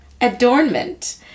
adornment